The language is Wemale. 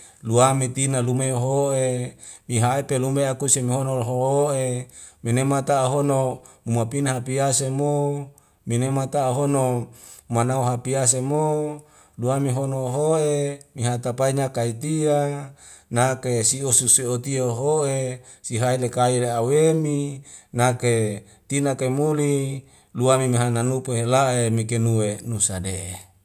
Luame tina lumue ho'e nihai pelume akuse mahono hoho'e menemata ohono muapina hapiase mou menemata ohono mana wa hapiase mo duwame hono hoe mihakapainya kaitia nake siususe otio ho'e sihae lekai la awemi nake tina kaimuli lua meme hana nupe hela'e mike nuwe nusa de'e